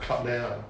club there lah